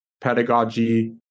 pedagogy